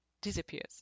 disappears